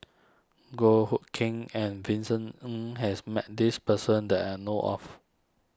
Goh Hood Keng and Vincent Ng has met this person that I know of